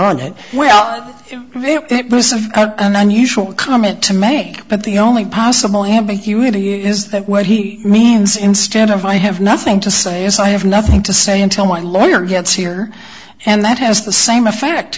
on it well an unusual comment to make but the only possible have he really is that what he means instead of i have nothing to say as i have nothing to say until my lawyer gets here and that has the same effect